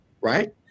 right